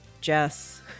Jess